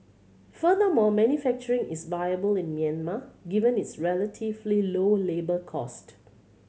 furthermore manufacturing is viable in Myanmar given its relatively low labour cost